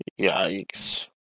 Yikes